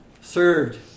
served